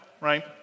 Right